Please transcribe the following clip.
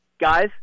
guys